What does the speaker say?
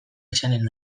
izanen